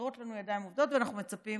ואנחנו מצפים